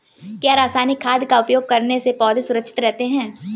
क्या रसायनिक खाद का उपयोग करने से पौधे सुरक्षित रहते हैं?